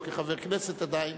לא כחבר הכנסת עדיין,